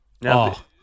Now